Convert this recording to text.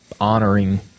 honoring